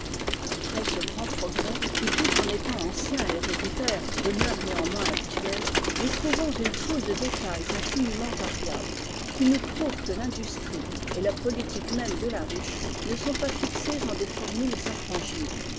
après ce grand progrès qui tout en étant ancien et héréditaire demeure néanmoins actuel nous trouvons une foule de détails infiniment variables qui nous prouvent que rindustrie et la politique même de la ruche ne sont pas fixées en des formules